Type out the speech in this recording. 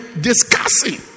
discussing